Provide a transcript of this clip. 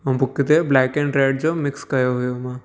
ऐं बुक ते black and red जो मिक्स कयो हुयो मां